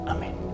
Amen